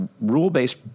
rule-based